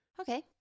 Okay